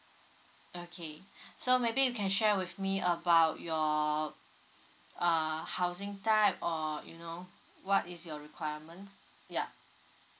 okay so maybe you can share with me about your err housing type or you know what is your requirement yeah